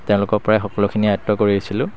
তেওঁলোকৰপৰাই সকলোখিনি আয়ত্ব কৰিছিলোঁ